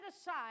aside